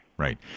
Right